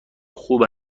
خوب